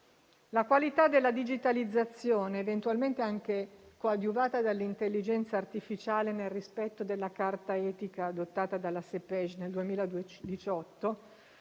La qualità della digitalizzazione, eventualmente anche coadiuvata dall'intelligenza artificiale nel rispetto della carta etica adottata dalla Commissione